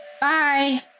Bye